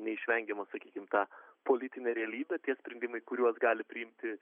neišvengiama sakykim ta politinė realybė tie sprendimai kuriuos gali priimti